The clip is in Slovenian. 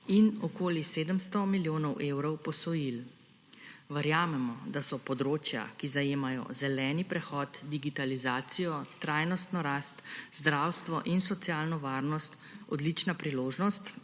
in okoli 700 milijonov evrov posojil. Verjamemo, da so področja, ki zajemajo zeleni prehod, digitalizacijo, trajnostno rast, zdravstvo in socialno varnost, odlična priložnost,